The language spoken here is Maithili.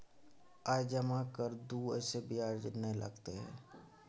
आय जमा कर दू ऐसे ब्याज ने लगतै है?